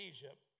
Egypt